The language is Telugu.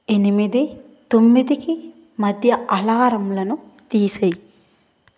ఎనిమిది తొమ్మిదికి మధ్య అలారంలను తీసెయ్